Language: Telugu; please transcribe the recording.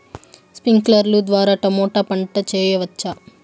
స్ప్రింక్లర్లు ద్వారా టమోటా పంట చేయవచ్చా?